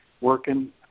working